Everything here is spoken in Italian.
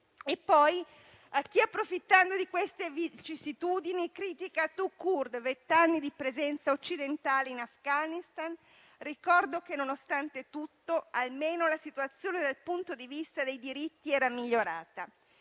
Inoltre, a chi, approfittando di queste vicissitudini, critica *tout court* vent'anni di presenza occidentale in Afghanistan, ricordo che, nonostante tutto, almeno la situazione del punto di vista dei diritti era migliorata: